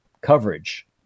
coverage